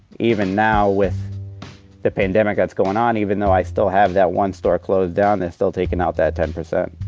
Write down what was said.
even now with the pandemic that's goin' on, even though i still have that one store closed down, they're still takin' out that ten percent.